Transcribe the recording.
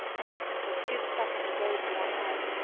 oh, what a good supper he gave me that night,